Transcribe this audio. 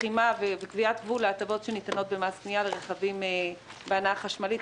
תחימה וקביעת גבול להטבות שניתנות במס קנייה לרכבים בהנעה חשמלית,